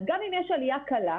אז גם אם יש עלייה קלה,